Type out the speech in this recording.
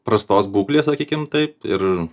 prastos būklės sakykim taip ir